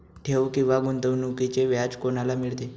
ठेव किंवा गुंतवणूकीचे व्याज कोणाला मिळते?